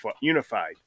unified